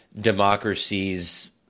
democracies